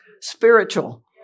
spiritual